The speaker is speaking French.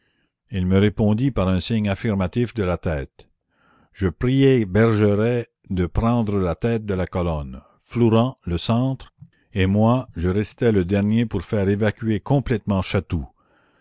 il me répondit par un signe affirmatif de la tête je priai bergeret de prendre la tête de la colonne flourens le centre et moi je restais le dernier pour faire évacuer complètement chatou